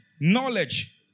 Knowledge